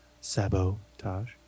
sabotage